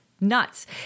nuts